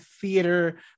theater